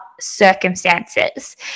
circumstances